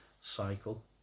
cycle